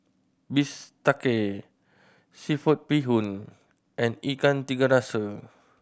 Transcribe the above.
bistake seafood bee hoon and Ikan Tiga Rasa